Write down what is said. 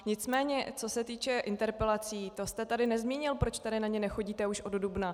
Nicméně co se týče interpelací, to jste tady nezmínil, proč na ně nechodíte už od dubna.